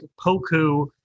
Poku